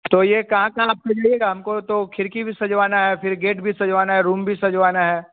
तो ये कहाँ कहाँ आपको लगेगा हमको तो खिड़की भी सजवाना है फिर गेट भी सजवाना है रूम भी सजवाना है